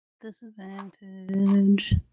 Disadvantage